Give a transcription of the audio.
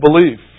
belief